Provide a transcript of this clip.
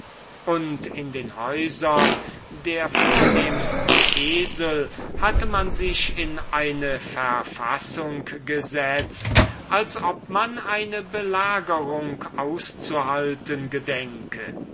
und in den häusern der vornehmsten esel hatte man sich in eine verfassung gesetzt als ob man eine belagerung auszuhalten gedenke